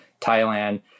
Thailand